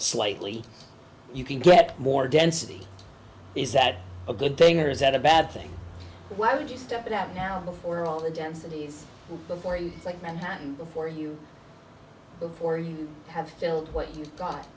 slightly you can get more density is that a good thing or is that a bad thing why would you step out now before all the densities before and like manhattan before you before you have built what you got